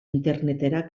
internetera